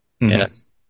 Yes